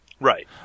Right